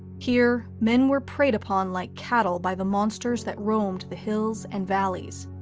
here, men were preyed upon like cattle by the monsters that roamed the hills and valleys.